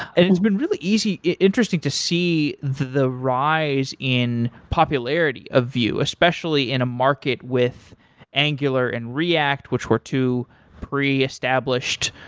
and it's been really easy, interesting to see the rise in popularity of vue, especially in a market with angular and react, which were too pre-established,